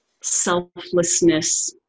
selflessness